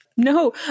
No